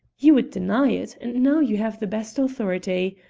you would deny't, and now you have the best authority.